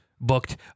booked